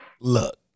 look